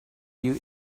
you